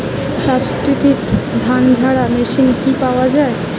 সাবসিডিতে ধানঝাড়া মেশিন কি পাওয়া য়ায়?